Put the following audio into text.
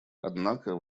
однако